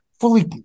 fully